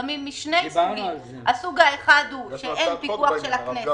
יש פגמים משני סוגים: סוג אחד הוא שאין פיקוח של הממשלה,